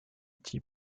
tea